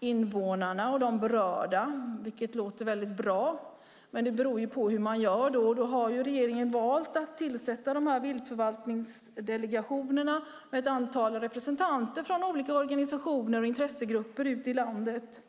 invånarna och de berörda, vilket låter väldigt bra. Men det beror på hur man gör det. Regeringen har valt att tillsätta viltförvaltningsdelegationerna med ett antal representanter från olika organisationer och intressegrupper ute i landet.